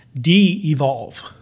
de-evolve